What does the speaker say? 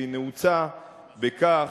והיא נעוצה בכך